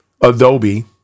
Adobe